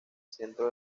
centro